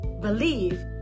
believe